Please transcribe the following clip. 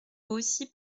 aussi